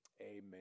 Amen